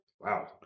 Wow